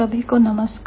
सभी को नमस्कार